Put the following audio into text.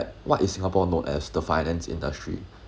what is singapore known as the finance industry